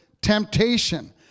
temptation